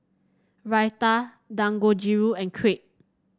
Raita Dangojiru and Crepe